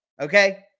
Okay